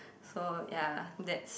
so ya that's